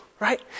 Right